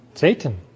Satan